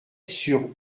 sur